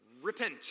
Repent